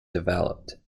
developed